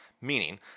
Meaning